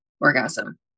orgasm